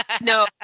No